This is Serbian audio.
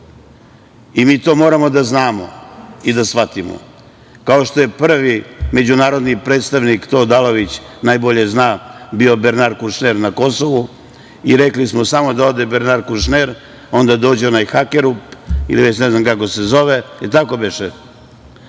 i mi to moramo da znamo i da shvatimo. kao što je prvi međunarodni predstavnik, to Odalović najbolje zna, bio Bernar Kušner na Kosovu i rekli smo samo da ode Bernar Kušner, onda dođe onaj Hakerup ili već ne znam kako se zove, jel tako beše,